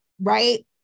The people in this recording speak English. right